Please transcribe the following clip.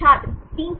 छात्र 36